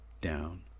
down